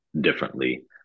differently